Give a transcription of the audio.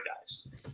guys